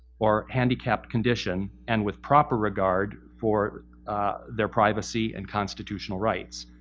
or handicapped condition and with proper regard for their privacy and constitutional rights.